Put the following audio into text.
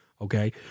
Okay